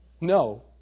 No